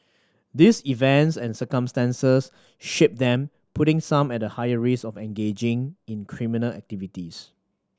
these events and circumstances shape them putting some at a higher risk of engaging in criminal activities